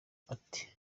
ati